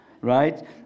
Right